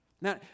Now